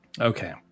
Okay